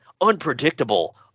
unpredictable